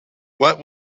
what